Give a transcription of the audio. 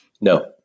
No